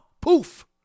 Poof